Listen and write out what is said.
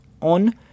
on